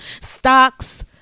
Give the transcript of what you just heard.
stocks